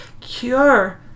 cure